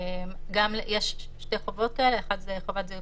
גם יש שתי חובות כאלה אחת זה חובת זיהוי